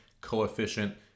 coefficient